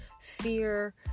fear